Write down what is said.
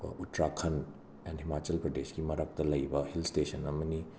Uttarakhand and Himachal ꯄ꯭ꯔꯗꯦꯁꯀꯤ ꯃꯔꯛꯇ ꯂꯩꯕ ꯍꯤꯜ ꯁ꯭ꯇꯦꯁꯟ ꯑꯃꯅꯤ